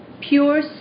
pure